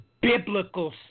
biblical